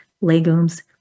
legumes